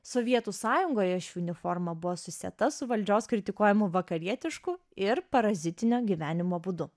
sovietų sąjungoje ši uniforma buvo susieta su valdžios kritikuojamu vakarietišku ir parazitinio gyvenimo būdu